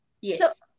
Yes